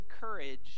courage